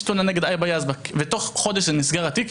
תלונה נגד היבא יזבק ותוך חודש נסגר התיק,